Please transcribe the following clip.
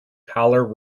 collar